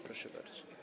Proszę bardzo.